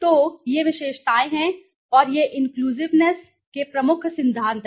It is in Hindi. तो ये विशेषताएं हैं और यह inclusivenessइन्क्लूसिवनेस के प्रमुख सिद्धांत हैं